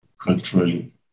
Culturally